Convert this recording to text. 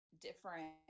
different